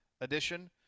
edition